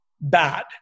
bad